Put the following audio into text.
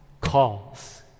calls